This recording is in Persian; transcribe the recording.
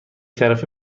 طرفه